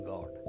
God